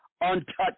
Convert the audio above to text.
untouched